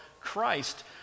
Christ